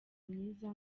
myiza